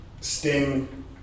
Sting